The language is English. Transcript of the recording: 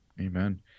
Amen